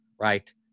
right